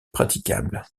praticable